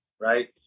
right